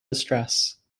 distress